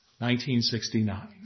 1969